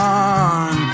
on